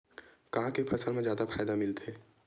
का के फसल मा जादा फ़ायदा मिलथे?